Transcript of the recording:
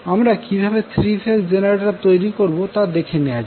আমরা কিভাবে 3 phase generator তৈরি করব তা দেখে নেওয়া যাক